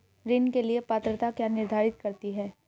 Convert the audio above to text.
ऋण के लिए पात्रता क्या निर्धारित करती है?